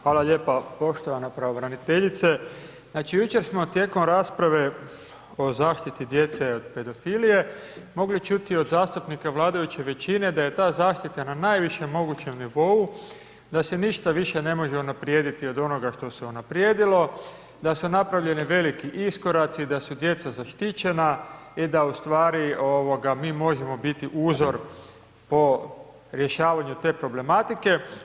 Hvala lijepa poštovana pravobraniteljice, znači jučer smo tijekom rasprave o zaštiti djece od pedofilije mogli čuti od zastupnika vladajuće većine da je ta zaštita na najvišem mogućem nivou, da se ništa više ne može unaprijediti od onoga što se unaprijedilo, da su napravljeni veliki iskoraci, da su djeca zaštićena i da u stvari ovoga mi možemo biti uzor po rješavanju te problematike.